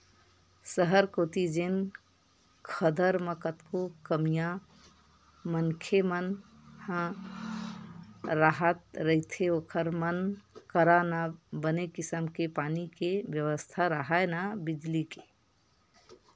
सहर कोती जेन खदर म कतको कमइया मनखे मन ह राहत रहिथे ओखर मन करा न बने किसम के पानी के बेवस्था राहय, न बिजली के